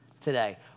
today